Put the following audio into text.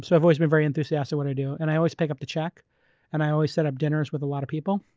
so i've always been very enthusiastic about what i do. and i always pick up the check and i always set up dinners with a lot of people.